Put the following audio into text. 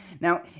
now